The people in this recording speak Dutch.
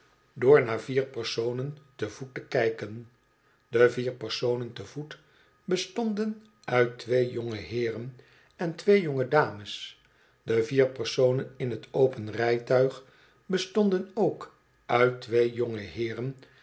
door naar vier personen te voet te kijken de vier personen te voet bestonden uit twee jongeheeren en twee jonge dames de vier personen in t open rijtuig bestonden ook uit twee jongeheeren